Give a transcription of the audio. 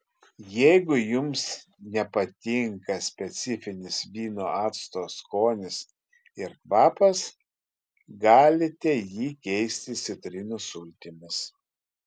jeigu jums nepatinka specifinis vyno acto skonis ir kvapas galite jį keisti citrinų sultimis